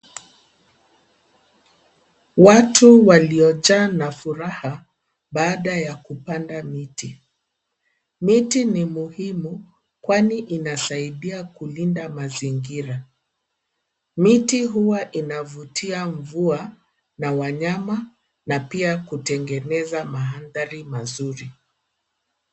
Watu waliojaa na furaha baada ya kupanda miti. Miti ni muhimu kwani inasaidia kulinda mazingira. Miti huwa inavutia mvua ,na wanyama na pia kutengeneza mandhari mazuri